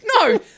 No